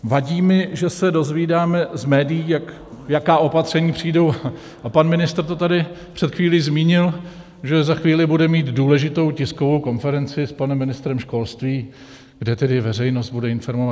Vadí mi, že se dozvídáme z médií, jaká opatření přijdou, a pan ministr to tady před chvílí zmínil, že za chvíli bude mít důležitou tiskovou konferenci s panem ministrem školství, kde veřejnost bude informována.